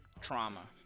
trauma